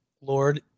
lord